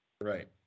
right